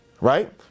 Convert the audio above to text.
Right